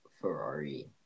Ferrari